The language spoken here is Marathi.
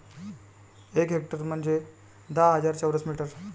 एक हेक्टर म्हंजे दहा हजार चौरस मीटर